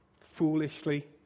foolishly